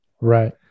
Right